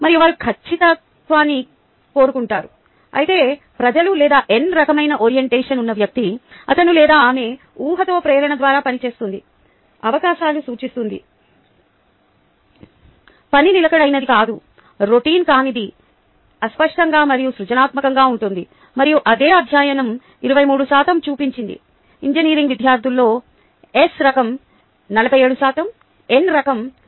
మరియు వారు ఖచ్చితత్వాన్ని కోరుకుంటారు అయితే ప్రజలు లేదా N రకమైన ఓరియంటేషన్ ఉన్న వ్యక్తి అతను లేదా ఆమె ఊహతో ప్రేరణ ద్వారా పనిచేస్తుంది అవకాశాలను చూస్తుంది పని నిలకడైనది కాదు రొటీన్ కానిది అస్పష్టంగా మరియు సృజనాత్మకంగా ఉంటుంది మరియు అదే అధ్యయనం 53 శాతం చూపించింది ఇంజనీరింగ్ విద్యార్థులలో ఎస్ రకం 47 శాతం ఎన్ రకం